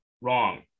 Wrong